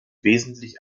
wesentlich